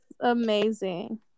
amazing